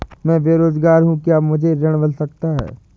मैं बेरोजगार हूँ क्या मुझे ऋण मिल सकता है?